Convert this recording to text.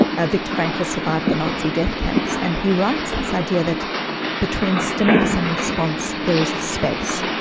ah viktor frankl survived the nazi death camps, and he writes this idea that between stimulus and response there is a space,